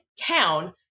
town